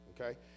okay